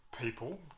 people